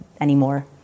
anymore